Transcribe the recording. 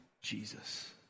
Jesus